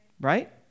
right